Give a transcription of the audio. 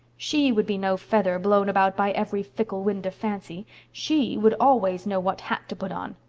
she would be no feather, blown about by every fickle wind of fancy. she would always know what hat to put on.